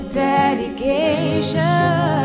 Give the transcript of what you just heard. dedication